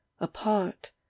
apart